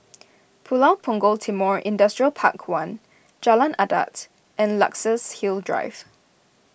Pulau Punggol Timor Industrial Park one Jalan Adat and Luxus Hill Drive